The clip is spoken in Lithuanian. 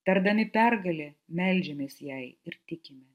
tardami pergalė meldžiamės jai ir tikime